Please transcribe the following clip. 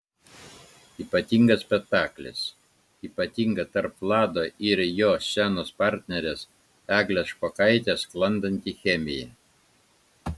ypatingas spektaklis ypatinga tarp vlado ir jo scenos partnerės eglės špokaitės sklandanti chemija